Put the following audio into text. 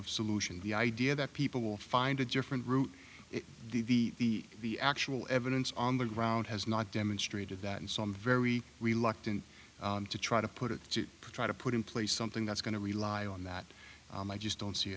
of solution the idea that people will find a different route if the actual evidence on the ground has not demonstrated that and so i'm very reluctant to try to put it to try to put in place something that's going to rely on that i just don't see